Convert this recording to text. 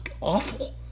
awful